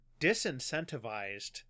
disincentivized